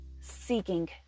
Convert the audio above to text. seeking